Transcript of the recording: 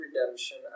redemption